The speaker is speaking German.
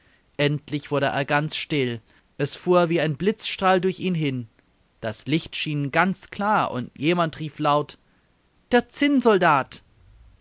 endlich wurde er ganz still es fuhr wie ein blitzstrahl durch ihn hin das licht schien ganz klar und jemand rief laut der zinnsoldat